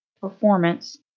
performance